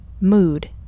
mood